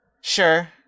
Sure